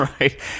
Right